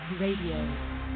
RADIO